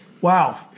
Wow